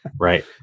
right